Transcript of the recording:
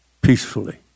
peacefully